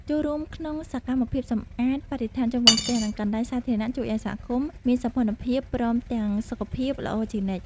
ចូលរួមក្នុងសកម្មភាពសម្អាតបរិស្ថានជុំវិញផ្ទះ និង កន្លែងសាធារណៈជួយឱ្យសហគមន៍មានសោភ័ណភាពព្រមទាំងសុខភាពល្អជានិច្ច។